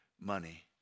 money